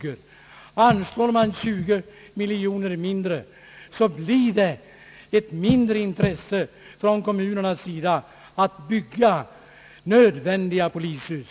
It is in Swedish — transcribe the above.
Anslår man 20 miljoner kronor mindre, blir det ett minskat intresse från kommunernas sida att bygga nya polishus.